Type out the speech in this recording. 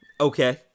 Okay